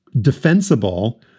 defensible